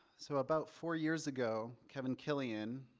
so about four years ago, kevin killian,